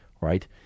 right